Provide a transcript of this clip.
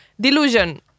Delusion